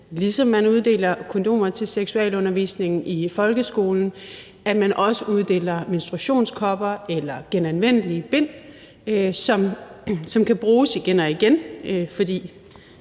ligesom man uddeler kondomer ved seksualundervisning i folkeskolen, eksempelvis også uddeler menstruationskopper eller genanvendelige bind, som kan bruges igen og igen.